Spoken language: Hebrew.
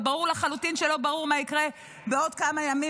וברור לחלוטין שלא ברור מה יקרה בעוד כמה ימים,